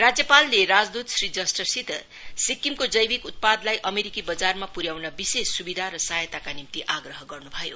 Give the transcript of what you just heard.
राज्यपालले राजद्रत श्री जस्टर सित सिक्कमको जैविक उत्पादलाई अमेरिकी बजारमा पुर्याउन विशेष सुविधा र सहायताको निम्ति आग्रह गर्नु भयो